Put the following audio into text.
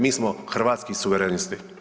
Mi smo Hrvatski suverenisti.